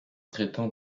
traitant